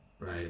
right